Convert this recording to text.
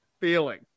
feeling